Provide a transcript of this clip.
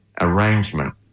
arrangement